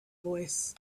voice